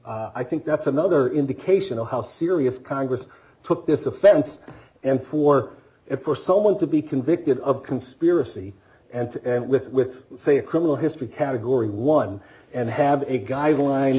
e i think that's another indication of how serious congress took this offense and for it for someone to be convicted of conspiracy and to end with with say a criminal history category one and have a guideline